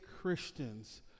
Christians